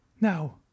Now